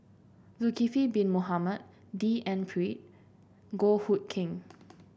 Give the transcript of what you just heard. Zulkifli Bin Mohamed D N Pritt Goh Hood Keng